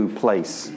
place